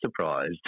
surprised